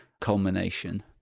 culmination